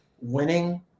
winning